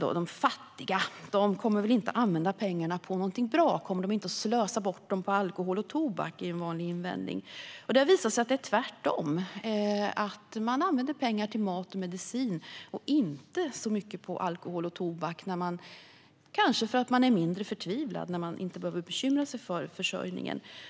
De fattiga kommer väl inte att använda pengarna på någonting bra. Kommer de inte att slösa bort dem på alkohol och tobak? Detta är vanliga invändningar, men det har visat sig att det är tvärtom: Man använder pengar till mat och medicin och inte så mycket till alkohol och tobak - kanske för att man är mindre förtvivlad när man inte behöver bekymra sig för försörjningen.